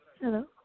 Hello